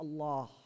Allah